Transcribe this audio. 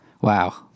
wow